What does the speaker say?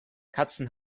katzen